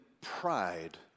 pride